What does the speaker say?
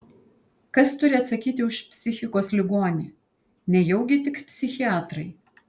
kas turi atsakyti už psichikos ligonį nejaugi tik psichiatrai